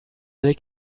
avec